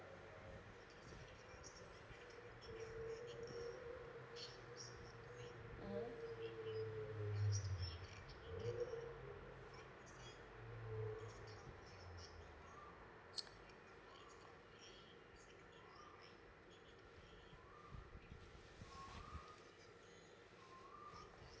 mm